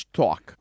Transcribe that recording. talk